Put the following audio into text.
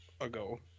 ago